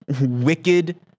wicked